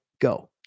go